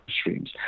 streams